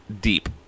Deep